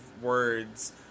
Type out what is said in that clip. words